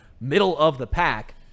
middle-of-the-pack